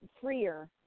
freer